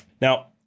now